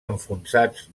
enfonsats